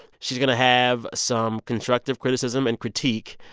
she's going to have some constructive criticism and critique.